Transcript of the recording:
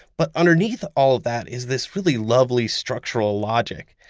but underneath all of that is this really lovely structural logic.